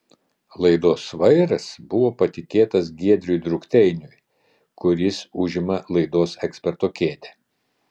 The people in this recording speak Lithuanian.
laidos vairas buvo patikėtas giedriui drukteiniui kuris užima laidos eksperto kėdę